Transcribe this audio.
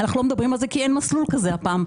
אנחנו לא מדברים על זה, כי אין מסלול כזה הפעם.